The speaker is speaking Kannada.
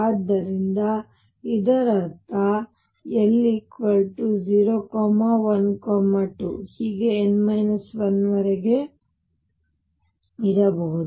ಆದ್ದರಿಂದ ಇದರರ್ಥ l 0 1 2 ಹೀಗೆ n 1 ವರೆಗೆ ಇರಬಹುದು